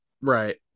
Right